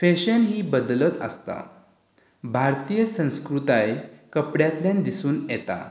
fashion ही बदलत आसता भारतीय संस्कृताय कपड्यांतल्यान दिसून येता